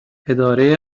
اداره